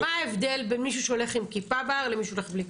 ומאוד פופולרי לחוות במשטרה.